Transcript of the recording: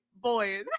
Boys